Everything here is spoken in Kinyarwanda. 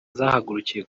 zahagurukiye